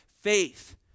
Faith